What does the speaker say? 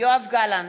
יואב גלנט,